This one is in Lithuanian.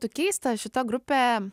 tu keista šita grupė